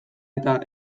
eta